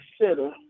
consider